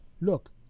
look